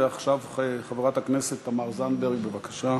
ועכשיו חברת הכנסת תמר זנדברג, בבקשה.